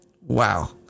wow